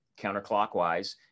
counterclockwise